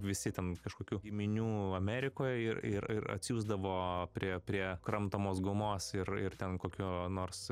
visi ten kažkokių giminių amerikoj ir ir ir atsiųsdavo prie prie kramtomos gumos ir ir ten kokio nors